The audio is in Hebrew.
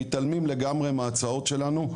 מתעלמים לגמרי מההצעות שלנו.